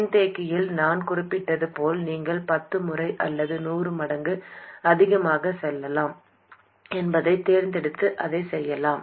மின்தேக்கிக்கு நான் குறிப்பிட்டது போல் நீங்கள் பத்து முறை அல்லது நூறு மடங்கு அதிகமாகச் சொல்லலாம் என்பதைத் தேர்ந்தெடுத்து அதைச் செய்யலாம்